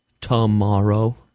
Tomorrow